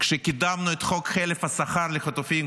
כשקידמנו את חוק חלף שכר לחטופים,